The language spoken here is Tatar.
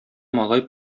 малай